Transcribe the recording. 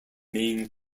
main